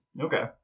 Okay